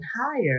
higher